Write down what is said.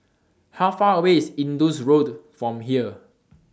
How Far away IS Indus Road from here